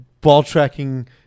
ball-tracking